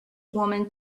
woman